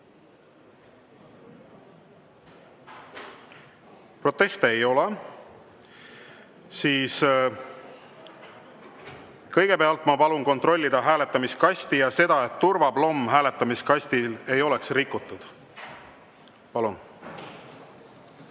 Proteste ei ole. Siis ma kõigepealt palun kontrollida hääletamiskasti ja seda, et turvaplomm hääletamiskastil ei oleks rikutud. Palun!